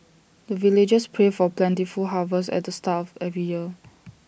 the villagers pray for plentiful harvest at the start of every year